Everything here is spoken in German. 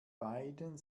beiden